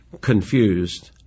confused